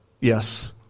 Yes